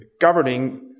governing